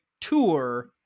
tour